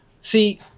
See